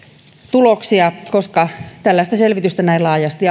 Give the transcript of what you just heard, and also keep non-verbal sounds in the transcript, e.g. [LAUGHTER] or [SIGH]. tuloksia koska tällaista selvitystä näin laajasti [UNINTELLIGIBLE]